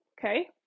Okay